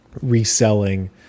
reselling